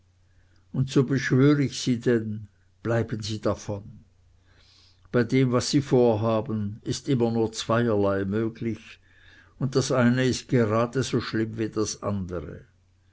und so beschwör ich sie denn bleiben sie davon bei dem was sie vorhaben ist immer nur zweierlei möglich und das eine ist gerade so schlimm wie das andre